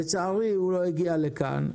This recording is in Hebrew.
לצערי הוא לא הגיע לכאן.